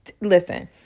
listen